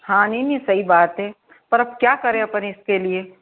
हाँ नहीं नहीं सही बात है पर अब क्या करें अपने इसके लिए